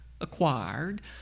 acquired